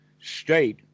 state